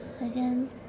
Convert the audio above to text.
Again